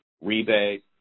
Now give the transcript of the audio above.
rebate